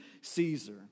Caesar